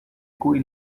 cui